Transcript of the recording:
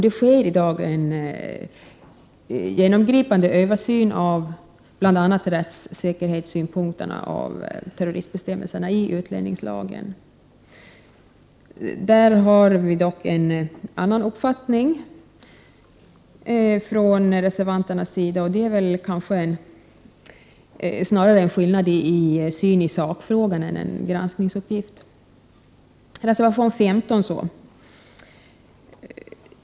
Det sker i dag en genomgripande översyn av bl.a. rättssäkerhetssynpunkterna i fråga om terroristbestämmelserna i utlänningslagen. Reservanterna har emellertid en annan uppfattning. Skillnaden i synsätt gäller snarast sakfrågan, och det är därför inte en granskningsuppgift. Beträffande reservation 15 vill jag säga följande.